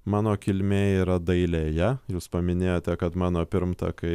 mano kilmė yra dailėje jūs paminėjote kad mano pirmtakai